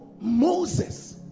Moses